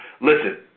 Listen